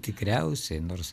tikriausiai nors